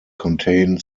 contain